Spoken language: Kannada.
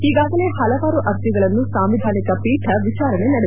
ಈಗಾಗಲೇ ಹಲವಾರು ಅರ್ಜಿಗಳನ್ನು ಸಾಂವಿಧಾನಿಕ ಪೀಠ ವಿಚಾರಣೆ ನಡೆಸುತ್ತಿದೆ